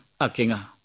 akinga